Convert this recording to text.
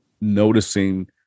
noticing